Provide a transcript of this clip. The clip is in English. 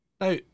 now